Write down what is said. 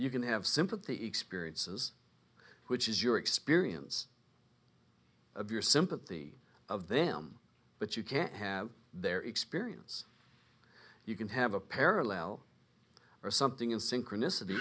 you can have sympathy experiences which is your experience of your sympathy of them but you can't have their experience you can have a parallel or something in synchroni